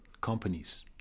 companies